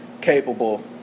capable